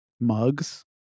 mugs